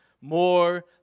more